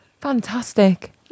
Fantastic